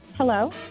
Hello